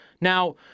Now